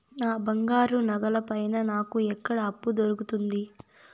నా బంగారు నగల పైన నాకు ఎక్కడ అప్పు దొరుకుతుంది